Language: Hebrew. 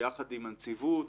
ביחד עם הנציבות,